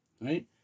right